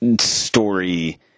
story